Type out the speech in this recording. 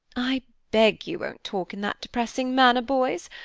i beg you won't talk in that depressing manner, boys.